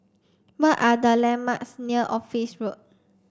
what are the landmarks near Office Road